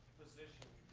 position,